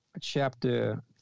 Chapter